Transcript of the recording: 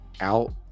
out